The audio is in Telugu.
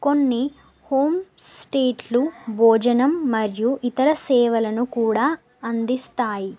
కొన్ని హోమ్ స్టేలు భోజనం మరియు ఇతర సేవలను కూడా అందిస్తాయి